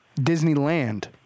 Disneyland